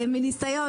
מניסיון,